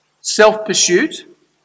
self-pursuit